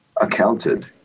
accounted